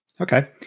Okay